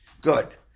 good